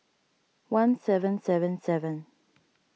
one seven seven seven